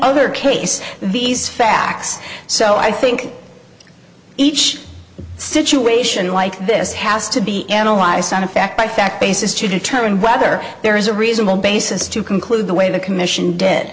other case these facts so i think each situation like this has to be analyzed on a fact by fact basis to determine whether there is a reasonable basis to conclude the way the commission dead